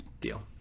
deal